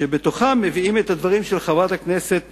שבתוכם מביאים את הדברים של חברת הכנסת